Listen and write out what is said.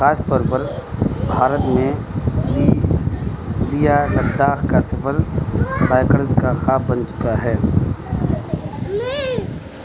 خاص طور پر بھارت میں لیہہ نداخ کا سفر بائیکرز کا خواب بن چکا ہے